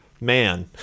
Man